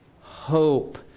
hope